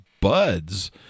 Buds